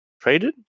traded